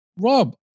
Rob